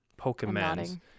pokemon